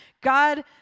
God